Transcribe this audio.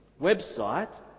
Website